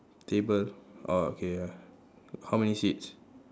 table orh okay ya how many seats